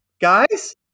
guys